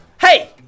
Hey